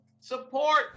support